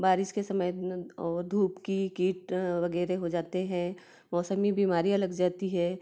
बारिश के समय और धूप की कीट वगैरह हो जाते हैं मौसमी बीमारियाँ लग जाती है